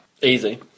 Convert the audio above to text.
Easy